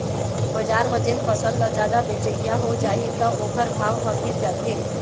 बजार म जेन फसल ल जादा बेचइया हो जाही त ओखर भाव ह गिर जाथे